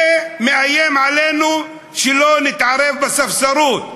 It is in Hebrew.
זה מאיים עלינו שלא נתערב בספסרות,